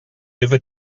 over